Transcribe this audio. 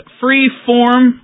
free-form